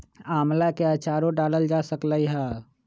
आम्ला के आचारो डालल जा सकलई ह